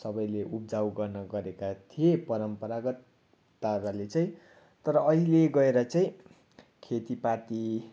सबैले उब्जाउ गर्न गरेका थिए परम्परागत पाराले चाहिँ तर अहिले गएर चाहिँ खेतीपाती